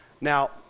Now